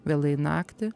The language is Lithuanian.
vėlai naktį